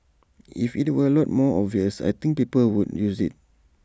if IT were A lot more obvious I think people would use IT